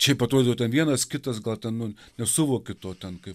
šiaip atrodo ten vienas kitas gal ten nu nesuvoki to ten kaip